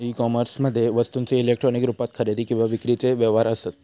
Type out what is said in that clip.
E कोमर्समध्ये वस्तूंचे electronic रुपात खरेदी किंवा विक्रीचे व्यवहार असत